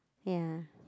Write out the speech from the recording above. ya